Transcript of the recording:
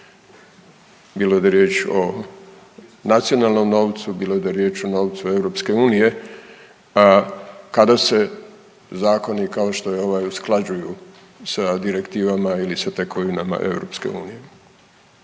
bilo da je riječ o nacionalnom novcu, bilo da je riječ o novcu EU kada se zakoni kao što je ovaj usklađuju sa direktivama ili sa tekovinama EU. Bilo